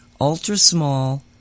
ultra-small